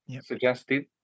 suggested